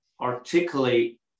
articulate